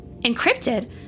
Encrypted